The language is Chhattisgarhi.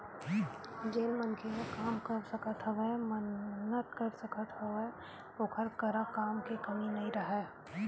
जेन मनखे ह काम कर सकत हवय, मेहनत कर सकत हवय ओखर करा काम के कमी नइ राहय